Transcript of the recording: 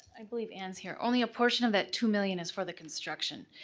i believe ann's here, only a portion of that two million is for the construction,